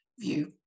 view